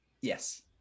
Yes